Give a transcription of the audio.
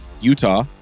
Utah